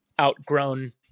outgrown